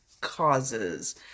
causes